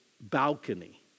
balcony